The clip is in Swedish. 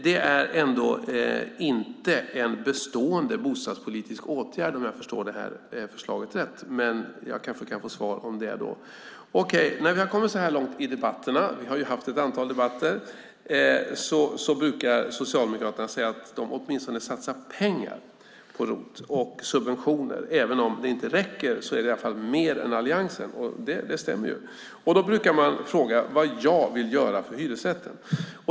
Det är ändå inte en bestående bostadspolitisk åtgärd, om jag förstår förslaget rätt. Jag kanske kan få svar om det. När vi kommit så här långt i debatterna - vi har haft ett antal debatter - brukar Socialdemokraterna säga att de åtminstone satsar pengar på ROT och ger subventioner. Även om det inte räcker är det i alla fall mer än vad som kommer från Alliansen, säger man, och det stämmer. Då brukar man fråga vad jag vill göra för hyresrätten.